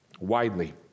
widely